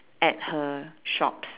at her shops